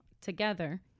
together